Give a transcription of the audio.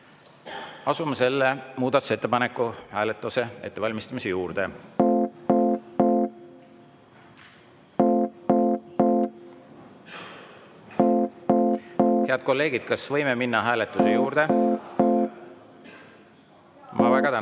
Asume selle muudatusettepaneku hääletuse ettevalmistamise juurde. Head kolleegid, kas võime minna hääletuse juurde? (Saal